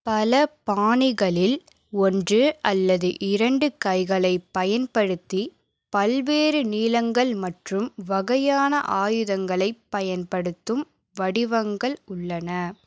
பல பாணிகளில் ஒன்று அல்லது இரண்டு கைகளைப் பயன்படுத்தி பல்வேறு நீளங்கள் மற்றும் வகையான ஆயுதங்களைப் பயன்படுத்தும் வடிவங்கள் உள்ளன